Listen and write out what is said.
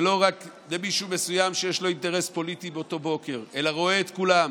ולא רק למישהו מסוים שיש לו אינטרס פוליטי באותו בוקר אלא רואה את כולם,